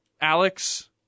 Alex